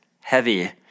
heavy